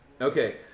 Okay